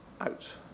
out